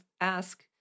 ask